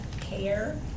care